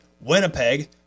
Winnipeg